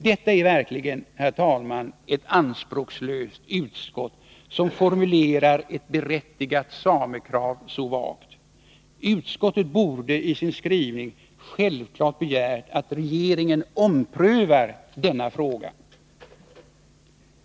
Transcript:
Det är verkligen, herr talman, ett anspråkslöst utskott som formulerar ett berättigat samekrav så vagt! Utskottet borde i sin skrivning självfallet ha begärt att regeringen omprövar denna fråga. Herr talman!